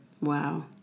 Wow